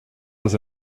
was